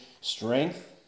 strength